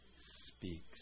Speaks